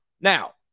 Now